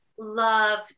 love